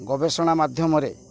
ଗବେଷଣା ମାଧ୍ୟମରେ